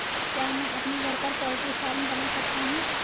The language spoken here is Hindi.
क्या मैं अपने घर पर पोल्ट्री फार्म बना सकता हूँ?